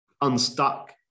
unstuck